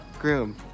groom